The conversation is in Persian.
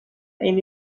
عین